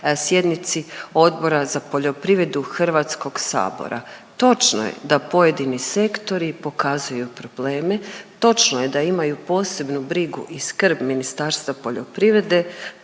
sjednici Odbora za poljoprivredu HS-a. Točno je da pojedini sektori pokazuju probleme, točno je da imaju posebnu brigu i skrb Ministarstva poljoprivrede,